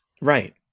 Right